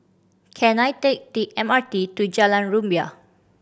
can I take the M R T to Jalan Rumbia